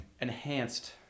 enhanced